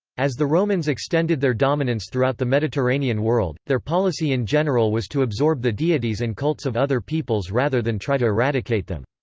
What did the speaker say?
as the romans extended their dominance throughout the mediterranean world, their policy in general was to absorb the deities and cults of other peoples rather than try to eradicate them.